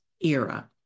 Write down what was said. era